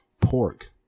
pork